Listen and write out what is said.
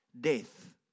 death